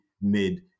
made